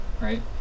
right